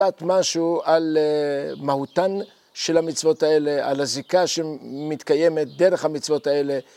את משהו על מהותן של המצוות האלה, על הזיקה שמתקיימת דרך המצוות האלה